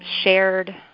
shared